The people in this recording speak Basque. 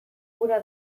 ura